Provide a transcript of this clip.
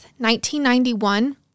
1991